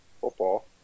Football